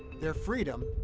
their freedom,